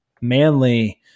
manly